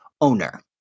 owner